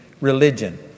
religion